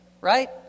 right